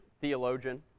theologian